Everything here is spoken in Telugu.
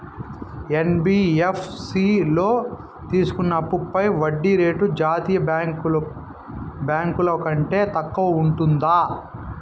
యన్.బి.యఫ్.సి లో తీసుకున్న అప్పుపై వడ్డీ రేటు జాతీయ బ్యాంకు ల కంటే తక్కువ ఉంటుందా?